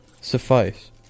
suffice